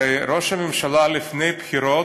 הרי ראש הממשלה, לפני הבחירות,